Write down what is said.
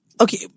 okay